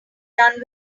done